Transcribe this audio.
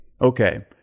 Okay